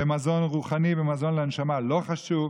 ומזון רוחני ומזון לנשמה לא חשובים.